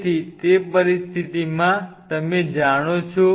તેથી તે પરિસ્થિતિમાં તમે જાણો છો